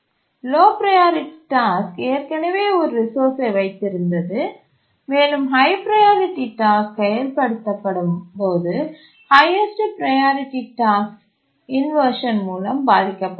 low priority task ஏற்கனவே ஒரு ரிசோர்ஸ்சை வைத்திருந்து மேலும் ஹய் ப்ரையாரிட்டி டாஸ்க் செயல்படுத்தப்படும் போது ஹய்யஸ்டு ப்ரையாரிட்டி டாஸ்க் இன்வர்ஷன் மூலம் பாதிக்கப்படலாம்